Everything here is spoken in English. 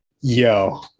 yo